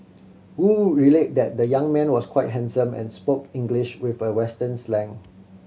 Wu relayed that the young man was quite handsome and spoke English with a western slang